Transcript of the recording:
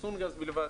באחסון גז בלבד.